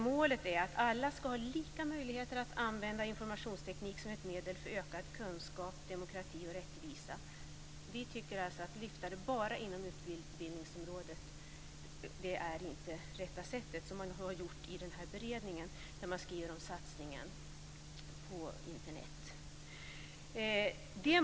Målet är att alla ska ha lika möjligheter att använda informationsteknik som ett medel för ökad kunskap, demokrati och rättvisa. Vi tycker inte att det är rätt väg att lyfta fram detta bara inom utbildningsområdet, som man har gjort i den beredning som skriver om satsningen på Internet.